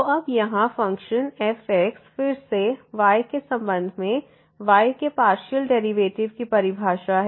तो अब यहाँ फ़ंक्शन fx फिर से y के संबंध में y के पार्शियल डेरिवेटिव की परिभाषा है